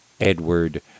Edward